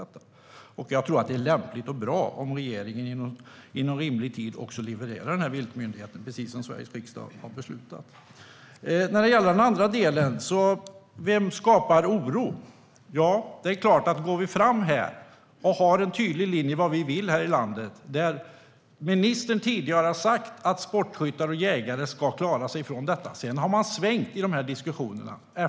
Det är lämpligt och bra om regeringen inom rimlig tid levererar viltmyndigheten, som Sveriges riksdag har beslutat. Vem skapar oro? Låt oss gå fram med en tydlig linje i landet. Ministern har tidigare sagt att sportskyttar och jägare ska klara sig. Sedan har man svängt i diskussionerna.